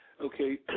Okay